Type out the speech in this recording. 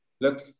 look